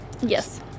Yes